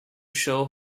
show